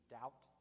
doubt